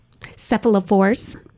cephalophores